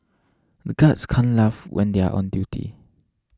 the guards can't laugh when they are on duty